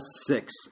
six